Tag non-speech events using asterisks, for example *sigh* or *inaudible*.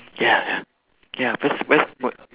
ya ya ya where's where's *noise*